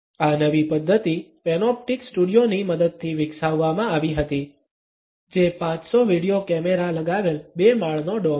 આ નવી પદ્ધતિ પેનોપ્ટિક સ્ટુડિયો ની મદદથી વિકસાવવામાં આવી હતી જે 500 વીડિયો કેમેરા લગાવેલ બે માળનો ડોમ છે